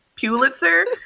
Pulitzer